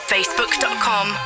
Facebook.com